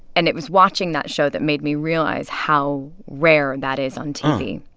and it was watching that show that made me realize how rare that is on tv.